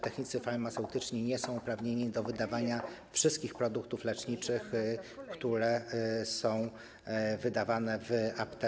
Technicy farmaceutyczni nie są uprawnieni do wydawania wszystkich produktów leczniczych, które są wydawane w aptece.